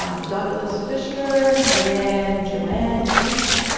um douglas fisher and joann h.